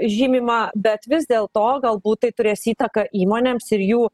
žymima bet vis dėlto galbūt tai turės įtaką įmonėms ir jų